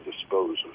dispose